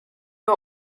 war